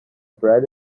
bread